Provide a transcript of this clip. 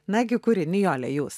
nagi kuri nijole jūs